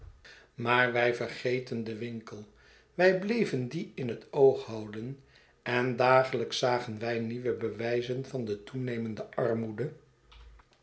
maar wij vergeten den winkel wij bleven dien in het oog houden en dagelijks zagen wij nieuwe bewijzen van de toenemende armoede